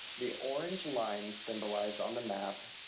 the orange line symbolized on the map,